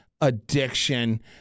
addiction